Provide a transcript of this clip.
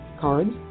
Cards